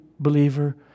believer